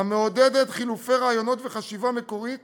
המעודדת חילופי רעיונות וחשיבה מקורית